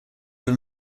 have